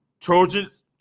Trojans